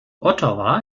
ottawa